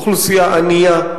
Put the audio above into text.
אוכלוסייה ענייה,